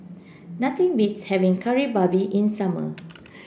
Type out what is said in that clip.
nothing beats having Kari Babi in summer